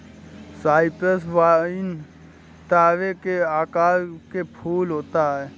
Cyprus vine तारे के आकार के फूल होता है